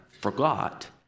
forgot